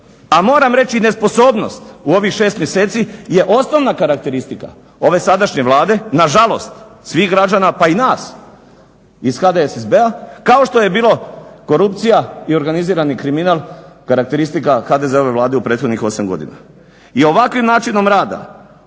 a moram reći i nesposobnost u ovih 6 mjeseci je osnovna karakteristika ove sadašnje Vlade, na žalost svih građana pa i nas iz HDSSB-a, kao što je bilo korupcija i organizirani kriminal karakteristika HDZ-ove vlade u prethodnih 8 godina. I ovakvim načinom rada